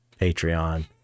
patreon